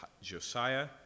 Josiah